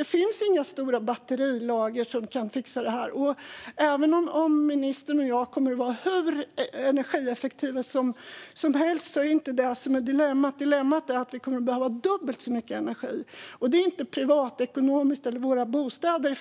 Det finns inga stora batterilager som kan fixa det här. Även om ministern och jag är hur energieffektiva som helst är det inte det som är dilemmat. Dilemmat är att vi kommer att behöva dubbelt så mycket energi. Det gäller inte i första hand inom privatekonomin eller våra bostäder.